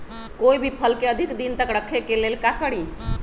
कोई भी फल के अधिक दिन तक रखे के लेल का करी?